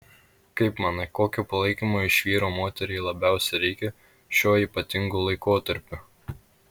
kaip manai kokio palaikymo iš vyro moteriai labiausiai reikia šiuo ypatingu laikotarpiu